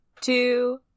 two